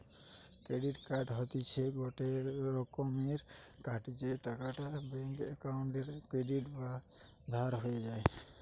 credit card হতিছে গটে রকমের কার্ড যেই টাকাটা ব্যাঙ্ক অক্কোউন্টে ক্রেডিট বা ধার হয়ে যায়